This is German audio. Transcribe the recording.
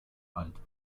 alt